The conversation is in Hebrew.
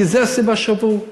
כי זו הסיבה שיבואו,